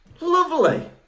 Lovely